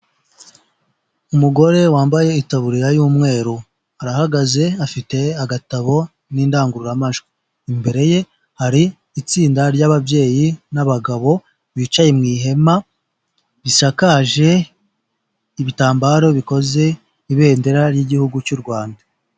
Umugore wambaye itaburiya y'umweru. Arahagaze afite agatabo n'indangururamajwi. Imbere ye, hari itsinda ry'ababyeyi n'abagabo bicaye mu ihema risakaje ibitambaro bikoze ibendera ry'igihugu cy'u Rwanda.